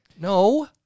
No